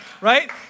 right